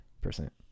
percent